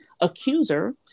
accuser